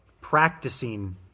practicing